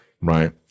Right